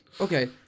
okay